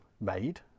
made